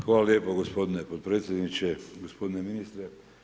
Hvala lijepo gospodine potpredsjedniče, gospodine ministre.